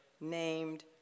named